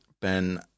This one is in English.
Ben